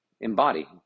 embody